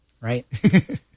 Right